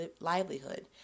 livelihood